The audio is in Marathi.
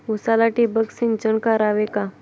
उसाला ठिबक सिंचन करावे का?